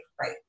right